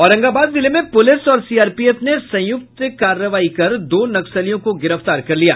औरंगाबाद जिले में पुलिस और सीआरपीएफ ने संयुक्त कार्रवाई कर दो नक्सलियों को गिरफ्तार कर लिया